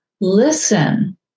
listen